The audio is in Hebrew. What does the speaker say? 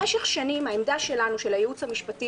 במשך שנים העמדה של הייעוץ המשפטי,